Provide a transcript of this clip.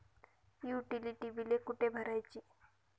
Utility बिले कुठे भरायची?